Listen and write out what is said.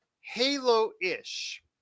Halo-ish